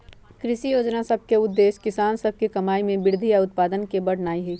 कृषि जोजना सभ के उद्देश्य किसान सभ के कमाइ में वृद्धि आऽ उत्पादन के बढ़ेनाइ हइ